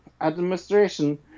administration